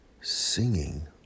singing